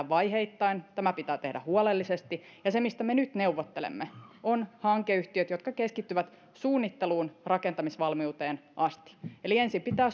vaiheittain tämä pitää tehdä huolellisesti ja se mistä me nyt neuvottelemme on hankeyhtiöt jotka keskittyvät suunnitteluun rakentamisvalmiuteen asti eli ensin pitää